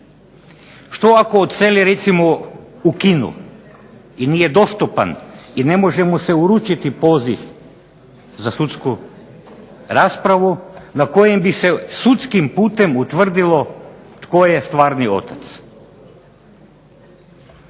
Što ako odseli recimo u Kinu, i nije dostupan, i ne može mu se uručiti poziv za sudsku raspravu, na kojem bi se sudskim putem utvrdilo tko je stvarni otac?